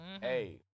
Hey